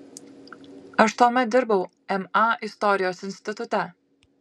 aš tuomet dirbau ma istorijos institute